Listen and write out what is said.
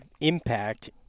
impact